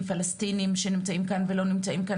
פלשתינים שנמצאים כאן ולא נמצאים כאן,